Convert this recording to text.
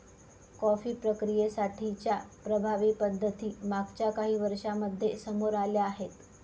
coffee प्रक्रियेसाठी च्या प्रभावी पद्धती मागच्या काही वर्षांमध्ये समोर आल्या आहेत